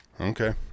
Okay